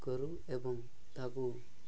କରୁ ଏବଂ ତାହାକୁ